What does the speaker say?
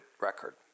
record